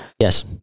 Yes